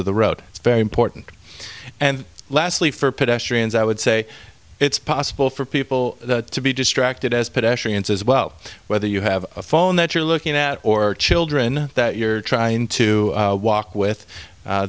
of the road it's very important and lastly for pedestrians i would say it's possible for people to be distracted as pedestrians as well whether you have a phone that you're looking at or children that you're trying to walk with